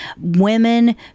women